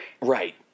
Right